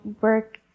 work